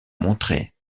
montré